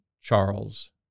Charles